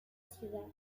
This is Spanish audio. ciudad